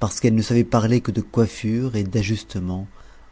parce qu'elle ne savait parler que de coiffures et d'ajustemens